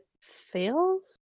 Fails